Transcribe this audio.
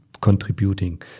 contributing